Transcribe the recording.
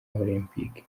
olempike